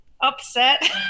upset